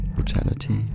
Brutality